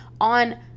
on